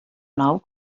nou